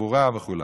בתחבורה וכו'.